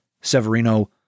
Severino